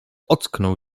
ocknął